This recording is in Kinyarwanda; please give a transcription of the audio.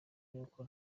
n’uko